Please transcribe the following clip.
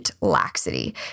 laxity